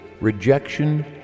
rejection